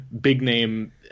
big-name